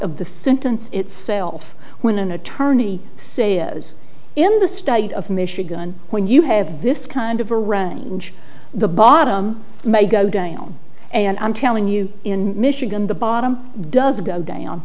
of the sentence itself when an attorney say is in the state of michigan when you have this kind of arrange the bottom may go down and i'm telling you in michigan the bottom doesn't go d